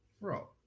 Bro